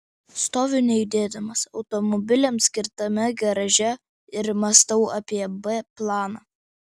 stoviu nejudėdamas automobiliams skirtame garaže ir mąstau apie b planą